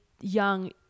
young